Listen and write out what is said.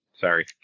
sorry